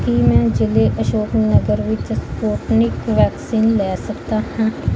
ਕੀ ਮੈਂ ਜਿਲ੍ਹੇ ਅਸ਼ੋਕ ਨਗਰ ਵਿੱਚ ਸੂਪਟਨਿਕ ਵੈਕਸੀਨ ਲੈ ਸਕਦਾ ਹਾਂ